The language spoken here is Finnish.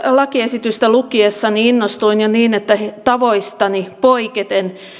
lakiesitystä lukiessani innostuin jo niin että tavoistani poiketen